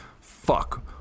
fuck